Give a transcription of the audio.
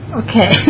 okay